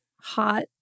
hot